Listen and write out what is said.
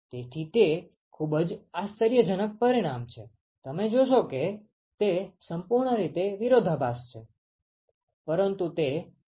તેથી તે ખૂબ જ આશ્ચર્યજનક પરિણામ છે તમે જોશો કે તે સંપૂર્ણ રીતે વિરોધાભાસી છે પરંતુ તે ખૂબ જ ઉપયોગી છે